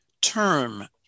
term